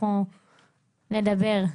אנחנו נדבר.